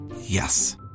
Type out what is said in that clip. Yes